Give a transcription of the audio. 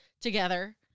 together